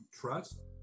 trust